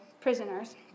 prisoners